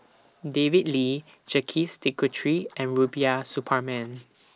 David Lee Jacques De Coutre and Rubiah Suparman